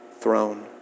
throne